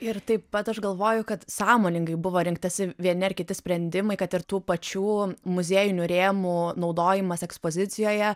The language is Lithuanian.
ir taip pat aš galvoju kad sąmoningai buvo rinktasi vieni ar kiti sprendimai kad ir tų pačių muziejinių rėmų naudojimas ekspozicijoje